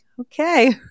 okay